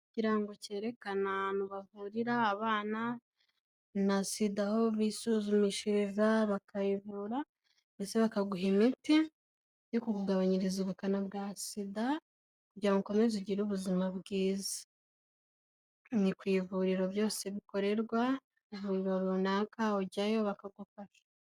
Ikirango cyerekane ahantu bavurira abana, na SIDA aho bisuzumishiriza bakayivura ndetse bakaguha imiti, yo kukugabanyiriza ubukana bwa sida, kugira ngo ukomeze ugire ubuzima bwiza, ni ku ivuriro byose bikorerwa, abaganga runaka ujyayo bakagufasha.